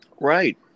right